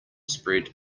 spread